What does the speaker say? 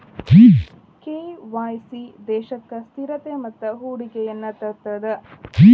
KYC ದೇಶಕ್ಕ ಸ್ಥಿರತೆ ಮತ್ತ ಹೂಡಿಕೆಯನ್ನ ತರ್ತದ